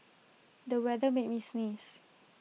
the weather made me sneeze